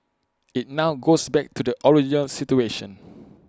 IT now goes back to the original situation